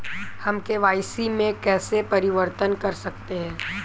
हम के.वाई.सी में कैसे परिवर्तन कर सकते हैं?